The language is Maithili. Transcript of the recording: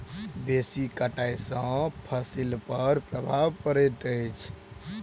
बेसी कटाई सॅ फसिल पर प्रभाव पड़ैत अछि